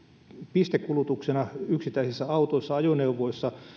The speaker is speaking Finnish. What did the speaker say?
pistekulutuksena yksittäisissä autoissa ajoneuvoissa